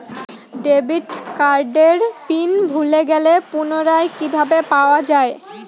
Debit কার্ডের PIN ভুলে গেলে পুনরায় কিভাবে পাওয়া য়ায়?